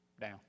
down